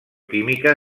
química